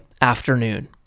afternoon